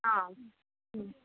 ஆ ம்